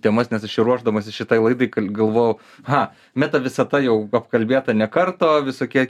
temas nes aš čia ruošdamasis šitai laidai galvojau ha meta visata jau apkalbėta ne kartą o visokie